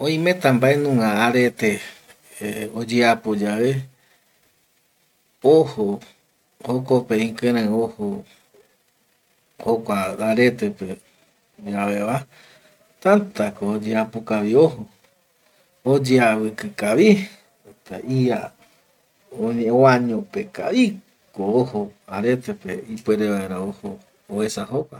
Oimeta mbaenunga arete oyeapo yave ojo jokope ikirei ojo jukua aretepe yaveva tätako oyeapo kavi ojo oyeaviki kavi, ia oañope kaviko ojo arete ipuere vaera oesa jokua